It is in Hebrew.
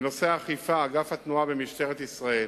בתחום האכיפה, אגף התנועה במשטרת ישראל,